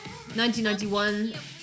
1991